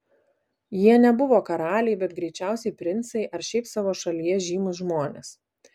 jie nebuvo karaliai bet greičiausiai princai ar šiaip savo šalyje žymūs žmonės